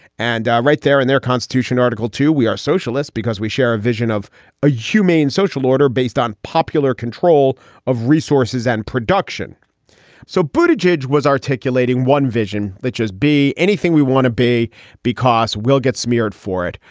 and right there in their constitution, article two, we are socialists because we share a vision of a humane social order based on popular control of resources and production so buddha george was articulating one vision that should be anything we want to be because we'll get smeared for it.